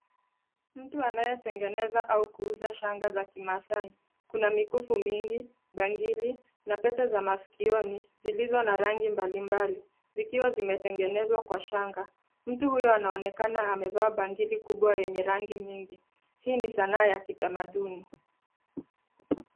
Mtu anayetengeneza au kuuza shanga za kimasaai. Kuna mikufu mingi, bangili na pete za masikioni zilizo na rangi mbalimbali, zikiwa zimetengenezwa kwa shanga. Mtu huyo anaonekana amevaa bangili kubwa yenye rangi nyingi. Hii ni sanaa ya kitamanduni.